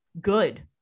good